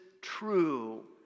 true